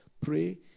pray